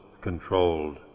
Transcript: controlled